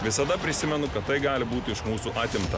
visada prisimenu kad tai gali būti iš mūsų atimta